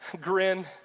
grin